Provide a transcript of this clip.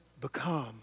become